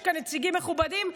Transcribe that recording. יש כאן נציגים מכובדים,